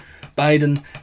Biden